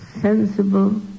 sensible